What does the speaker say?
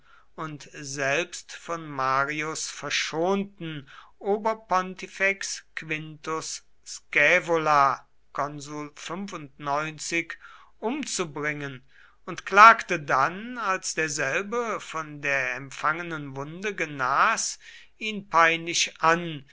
und selbst von marius verschonten oberpontifex quintus scaevola umzubringen und klagte dann als derselbe von der empfangenen wunde genas ihn peinlich an